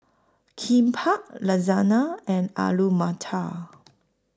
Kimbap Lasagna and Alu Matar